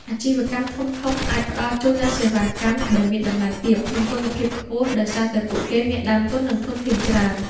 អាជីវកម្មធំៗអាចផ្តល់ជូននូវសេវាកម្មដែលមានតម្លៃទាប និងគុណភាពខ្ពស់ដោយសារតែពួកគេមានដើមទុន និងធនធានច្រើន។